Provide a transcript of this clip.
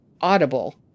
audible